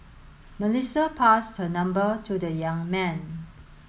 Melissa passed her number to the young man